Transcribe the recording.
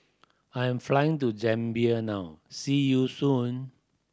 I'm flying to Zambia now see you soon